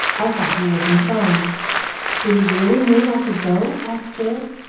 i thought he was in fun did he really mean i could go? asked jill,